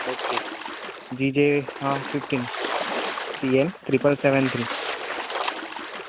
okay GJ fifteen CA triple seven three